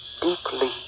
deeply